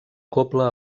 cobla